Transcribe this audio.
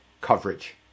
coverage